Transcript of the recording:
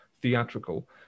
theatrical